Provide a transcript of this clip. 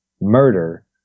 murder